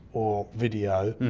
or video,